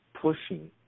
pushing